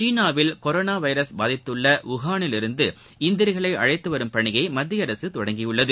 சீனாவில் corona virus பாதித்துள்ள வூஹானிலிருந்து இந்தியர்களை அழைத்துவரும் பணியை மத்திய அரசு தொடங்கியுள்ளது